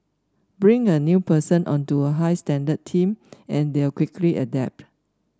bring a new person onto a high standard team and they'll quickly adapt